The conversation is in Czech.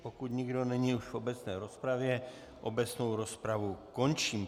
Pokud už nikdo není v obecné rozpravě, obecnou rozpravu končím.